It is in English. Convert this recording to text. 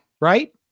Right